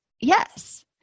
Yes